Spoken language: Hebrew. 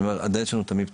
הדלת שלנו תמיד פתוחה,